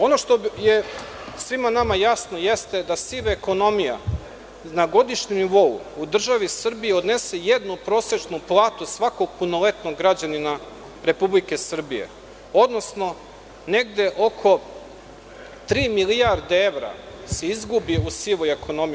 Ono što je svima nama jasno jeste da siva ekonomija na godišnjem nivou u državi Srbiji odnese jednu prosečnu platu svakog punoletnog građanina Republike Srbije, odnosno negde oko tri milijarde evra se izgubi u sivoj ekonomiji.